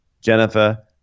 Jennifer